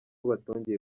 batongeye